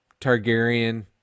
Targaryen